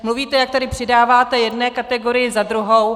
Mluvíte, jak tady přidáváte jedné kategorii za druhou.